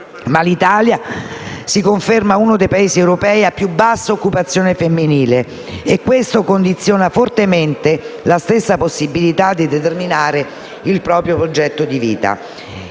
L'Italia si conferma invece uno dei Paesi europei a più bassa occupazione femminile, e questo condiziona fortemente la stessa possibilità di determinare il proprio progetto di vita.